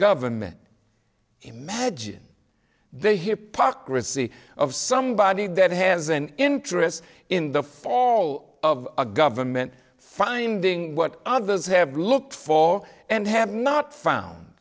government imagine they hypocrisy of somebody that has an interest in the fall of a government finding what others have looked for and have not found